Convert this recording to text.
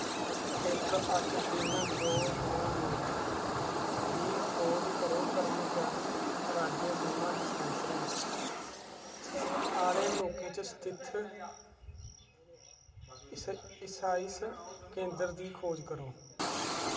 इक अट्ठ तिन दो नौ नौ दी खोज करो कर्मचारी राज्य बीमा डिस्पैंसरी आह्ले लाके च स्थित ईसाई स केंदर दी खोज करो